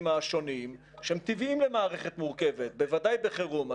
השונים שהם טבעיים למערכת מורכבת בוודאי בחירום.